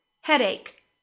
headache